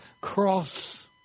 cross